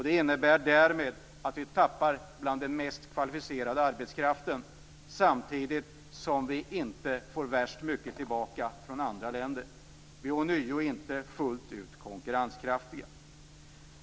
Det innebär att vi tappar den mest kvalificerade arbetskraften, samtidigt som vi inte får värst mycket tillbaka från andra länder. Vi är ånyo inte fullt ut konkurrenskraftiga.